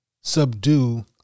subdue